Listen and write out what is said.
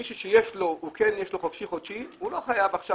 מי שיש לו חופשי חודשי לא חייבים להטיל